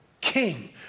king